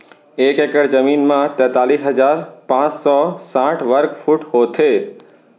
एक एकड़ जमीन मा तैतलीस हजार पाँच सौ साठ वर्ग फुट होथे